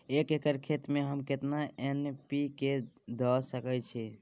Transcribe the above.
एक एकर खेत में हम केतना एन.पी.के द सकेत छी?